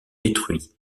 détruits